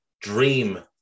dream